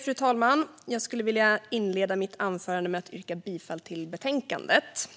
Fru talman! Jag skulle vilja inleda mitt anförande med att yrka bifall till utskottets förslag i betänkandet.